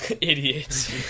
idiots